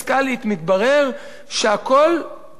מתברר שהכול מצוין,